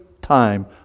time